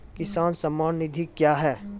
किसान सम्मान निधि क्या हैं?